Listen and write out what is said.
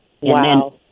Wow